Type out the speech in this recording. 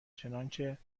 چنانچه